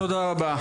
תודה רבה.